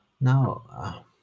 now